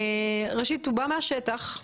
בא מהשטח,